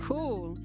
Cool